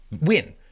win